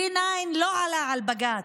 D9 לא עלה על בג"ץ,